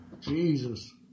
Jesus